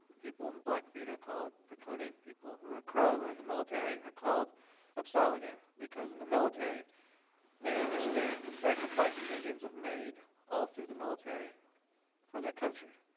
people in blackfeet are called pikuni, people who are crow are in the military are called apsaalooka because in the military they understand the sacrifices indians have made all through the military for their country.